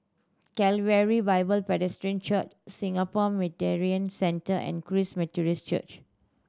Calvary Bible Presbyterian Church Singapore Mediation Centre and Christ Methodist Church